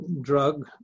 drug